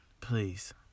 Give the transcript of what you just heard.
please